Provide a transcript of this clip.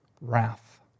wrath